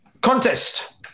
contest